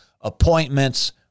appointments